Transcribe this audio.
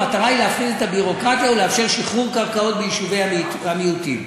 המטרה היא להפחית את הביורוקרטיה ולאפשר שחרור קרקעות ביישובי המיעוטים.